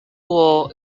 war